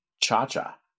Cha-Cha